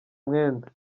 mwenda